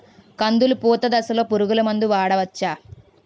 కందులు పూత దశలో పురుగు మందులు వాడవచ్చా?